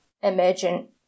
emergent